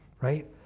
right